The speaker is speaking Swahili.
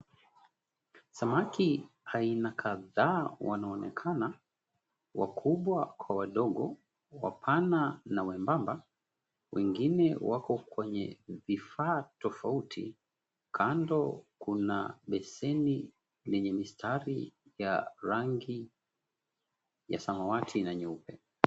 Samaki aina kadhaa wanaonekana, wakubwa kwa wadogo wapana na wembamba. Wengine wako kwenye vifaa tofauti. Kando kuna beseni lenye mistari ya rangi ya samawati na nyeupe.